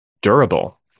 durable